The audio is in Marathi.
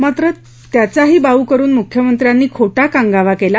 मात्र त्याचाही बावू करुन मुख्यमंत्र्यांनी खोटा कागांवा केला